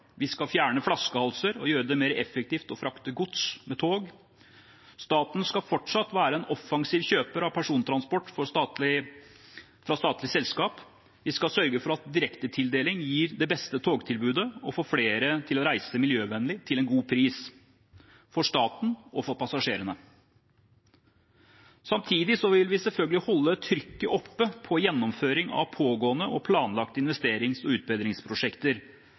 vi skal fjerne flaskehalser og gjøre det mer effektivt å frakte gods med tog, staten skal fortsatt være en offensiv kjøper av persontransport fra statlige selskaper, og vi skal sørge for at direktetildeling gir det beste togtilbudet og få flere til å reise miljøvennlig til en god pris – for staten og for passasjerene. Samtidig vil vi selvfølgelig holde trykket oppe på gjennomføring av pågående og planlagte investerings- og utbedringsprosjekter